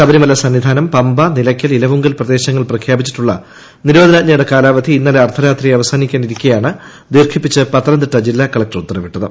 ശബരിമല സന്നിധാനം ഘമ്പ് നിലയ്ക്കൽ ഇലവുങ്കൽ പ്രദേശങ്ങളിൽ പ്രഖ്യാപ്പിച്ചിട്ടുള്ള നിരോധനാജ്ഞയുടെ കാലാവധി ഇന്നലെ അർധരാത്രി അവസാനിക്കാനിരിക്കെയാണ് ദീർഘിപ്പിച്ച് പത്തനംതിട്ട ജില്ലാ കളക്ടർ ഉത്തരവിട്ടത്